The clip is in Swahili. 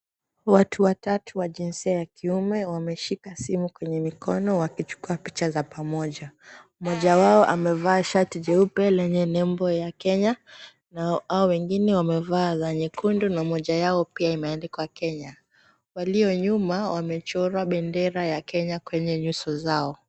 Watu watatu wa jinsia ya kiume wameshika simu kwenye mikono wakichukua picha za pamoja mmoja wao amevaa shati jeupe lenye nembo ya Kenya na hao wengine wamevaa za nyekundu na moja yao pia imeandikwa Kenya walionyuma wamechora bendera ya Kenya kwenye nyuso zao.